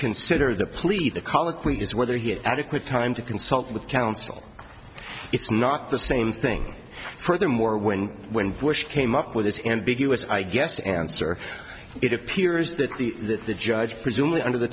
consider the pleas the colloquy is whether he had adequate time to consult with counsel it's not the same thing furthermore when when push came up with this ambiguous i guess answer it appears that the the judge presumably under the